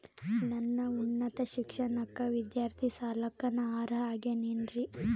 ನನ್ನ ಉನ್ನತ ಶಿಕ್ಷಣಕ್ಕ ವಿದ್ಯಾರ್ಥಿ ಸಾಲಕ್ಕ ನಾ ಅರ್ಹ ಆಗೇನೇನರಿ?